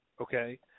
okay